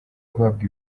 guhabwa